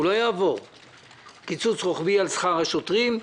מדובר בקיצוץ רוחבי על שכר השוטרים,